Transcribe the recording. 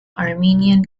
armenian